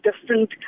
different